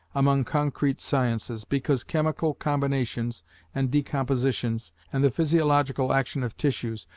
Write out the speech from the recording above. among concrete sciences, because chemical combinations and decompositions, and the physiological action of tissues,